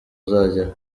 uzagera